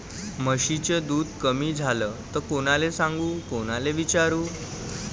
म्हशीचं दूध कमी झालं त कोनाले सांगू कोनाले विचारू?